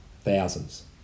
thousands